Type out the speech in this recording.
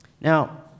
Now